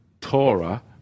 Torah